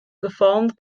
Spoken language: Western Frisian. gefallen